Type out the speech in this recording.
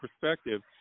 perspective